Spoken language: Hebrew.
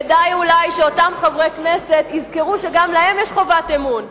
כדאי אולי שאותם חברי כנסת יזכרו שגם להם יש חובת אמון,